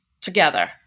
together